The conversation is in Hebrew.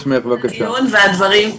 הרי המשטרה אין לה דרך לתפוס את הדבר הזה.